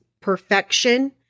perfection